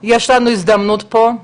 יש לנו הזדמנות פה,